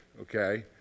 okay